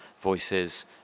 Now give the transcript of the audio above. voices